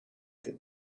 did